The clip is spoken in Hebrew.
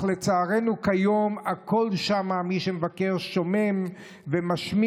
אך לצערנו, כיום הכול שם, מי שמבקר, שומם ומשמים.